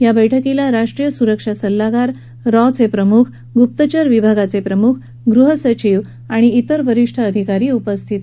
या बैठकीला राष्ट्रीय सुरक्षा सल्लागार रॉचे प्रमुख गुप्तचर विभागाचे प्रमुख गृहसचिव आणि त्विर वरिष्ठ अधिकारी उपस्थित होते